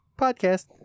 Podcast